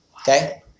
Okay